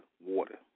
water